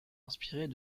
inspirées